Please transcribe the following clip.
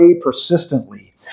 persistently